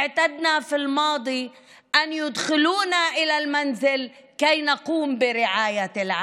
התרגלנו בעבר לכך שאנו מוכנסות לבית כדי שנטפל במשפחה.